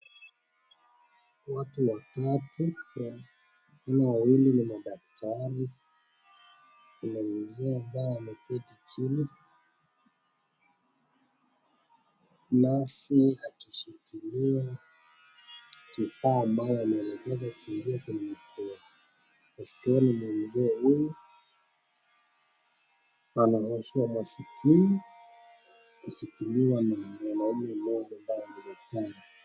Watu watatu, wengine wawili ni madaktari. Kuna mzee ameketi chini. Nesi akishikilia kifaa ambacho analekeza kuingiwe kwenye masikio ya mzee huyu, anaoshwa masikio. Anashikiliwa na mwanaume mmoja ambaye ni daktari.